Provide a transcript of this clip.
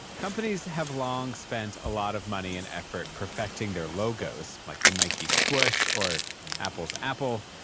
companies have long spent a lot of money and effort perfecting their logos, like the nike swoosh or apple's, apple.